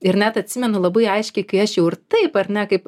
ir net atsimenu labai aiškiai kai aš jau ir taip ar ne kaip